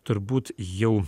turbūt jau